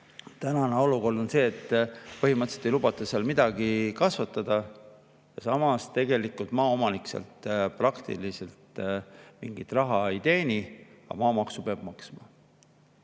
Tänane olukord on see, et põhimõtteliselt ei lubata seal midagi kasvatada. Maaomanik sealt praktiliselt mingit raha ei teeni, aga maamaksu peab maksma.